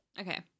Okay